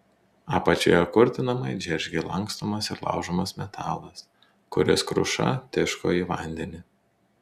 apačioje kurtinamai džeržgė lankstomas ir laužomas metalas kuris kruša tiško į vandenį